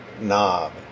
knob